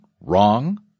wrong